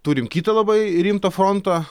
turim kitą labai rimtą frontą